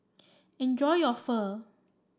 enjoy your Pho